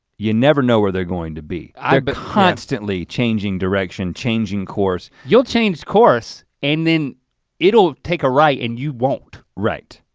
you never know where they're going to be. they're constantly changing direction, changing course. you'll change course and then it'll take a right and you won't. right.